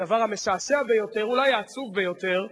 הדבר המשעשע ביותר, אולי העצוב ביותר,